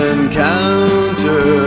Encounter